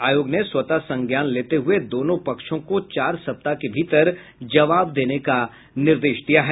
आयोग ने स्वतः संज्ञान लेते हुए दोनों पक्षों को चार सप्ताह के भीतर जवाब देने का निर्देश दिया है